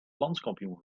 landskampioen